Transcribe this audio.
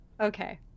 Okay